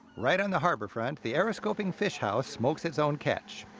right on the harbor front, the aeroskobing fish house smokes its own catch.